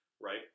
right